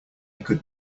could